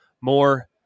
More